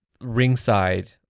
ringside